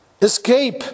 escape